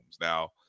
Now